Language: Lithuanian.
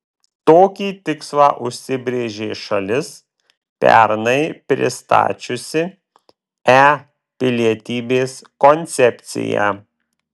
tokį tikslą užsibrėžė šalis pernai pristačiusi e pilietybės koncepciją